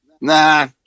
Nah